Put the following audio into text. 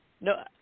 No